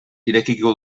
irekiko